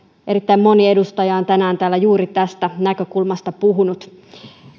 ilahduttavaa että moni edustaja on tänään täällä juuri tästä näkökulmasta puhunut